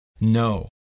No